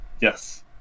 Yes